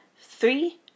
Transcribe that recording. three